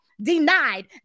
denied